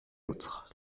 autres